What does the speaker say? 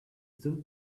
still